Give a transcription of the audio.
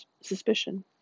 suspicion